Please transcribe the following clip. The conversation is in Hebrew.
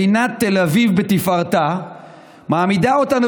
מדינת תל אביב בתפארתה מעמידה אותנו,